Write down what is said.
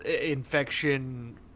infection